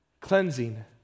cleansing